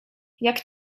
jak